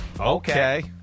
Okay